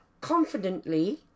confidently